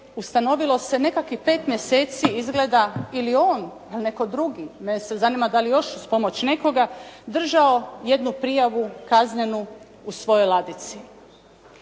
ustanovilo se nekakvih pet mjeseci izgleda ili on, da li netko drugi, mene sad zanima da li je još uz pomoć nekoga držao jednu prijavu kaznenu u svojoj ladici.